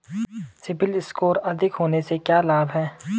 CIBIL score अधिक होने से क्या लाभ हैं?